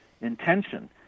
intention